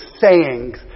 sayings